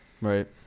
Right